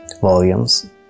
volumes